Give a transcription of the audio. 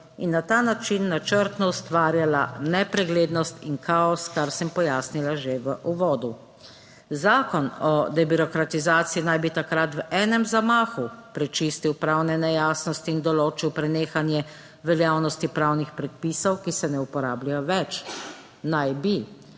in na ta način načrtno ustvarjala nepreglednost in kaos, kar sem pojasnila že v uvodu. Zakon o debirokratizaciji naj bi takrat v enem zamahu prečistil pravne nejasnosti in določil prenehanje veljavnosti pravnih predpisov, ki se ne uporabljajo več. Naj bi,